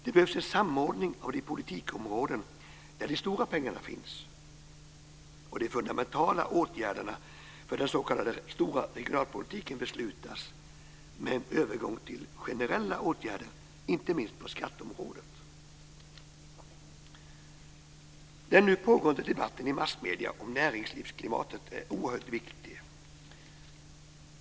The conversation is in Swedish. Det behövs en samordning av de politikområden där de stora pengarna finns och de fundamentala åtgärderna för den s.k. stora regionalpolitiken beslutas med en övergång till generella åtgärder inte minst på skatteområdet. Den nu pågående debatten i massmedierna om näringslivsklimatet är oerhört viktig.